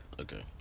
okay